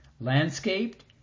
landscaped